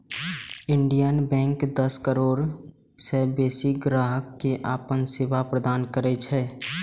Indian Bank दस करोड़ सं बेसी ग्राहक कें अपन सेवा प्रदान करै छै